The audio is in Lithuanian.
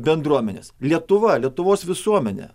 bendruomenės lietuva lietuvos visuomenė